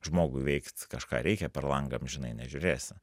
žmogui veikt kažką reikia per langą amžinai nežiūrėsi